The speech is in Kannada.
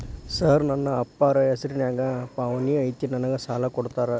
ಸರ್ ನನ್ನ ಅಪ್ಪಾರ ಹೆಸರಿನ್ಯಾಗ್ ಪಹಣಿ ಐತಿ ನನಗ ಸಾಲ ಕೊಡ್ತೇರಾ?